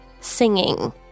singing